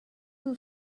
who